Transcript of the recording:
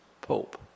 pope